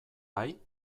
bai